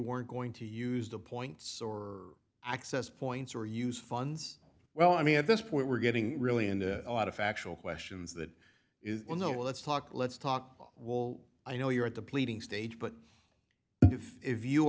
weren't going to use the points or access points or use funds well i mean at this point we're getting really into a lot of factual questions that is well no let's talk let's talk will i know you're at the pleading stage but if you